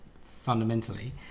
fundamentally